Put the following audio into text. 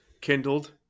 Kindled